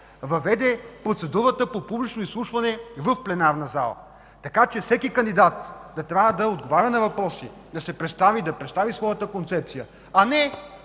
въведе процедурата за публично изслушване в пленарната зала, така че всеки кандидат да трябва да отговаря на въпроси, да се представи, да представи своята концепция, а не